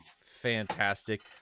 fantastic